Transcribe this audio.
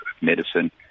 medicine